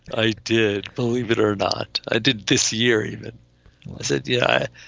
i did. believe it or not, i did this year even said yeah